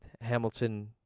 Hamilton